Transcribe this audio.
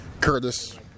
Curtis